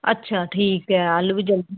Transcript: ਅੱਛਾ ਠੀਕ ਹੈ ਆਲੂ ਵੀ ਜਲਦੀ